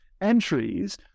entries